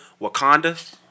Wakanda